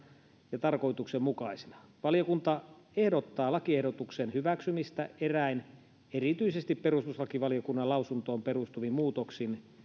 ja tarkoituksenmukaisina valiokunta ehdottaa lakiehdotuksen hyväksymistä eräin erityisesti perustuslakivaliokunnan lausuntoon perustuvin muutoksin